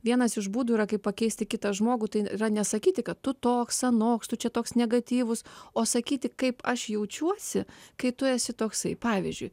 vienas iš būdų yra kaip pakeisti kitą žmogų tai yra nesakyti kad tu toks anoks tu čia toks negatyvus o sakyti kaip aš jaučiuosi kai tu esi toksai pavyzdžiui